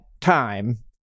time